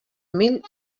mil